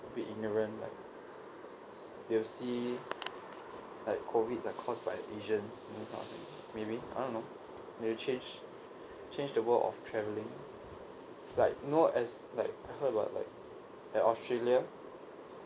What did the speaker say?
a bit ignorant like they'll see like COVID are caused by asians that kind of thing maybe I don't know they change change the world of travelling like know as like heard about like australia